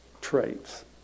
traits